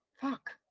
fuck